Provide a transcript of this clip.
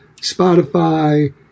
Spotify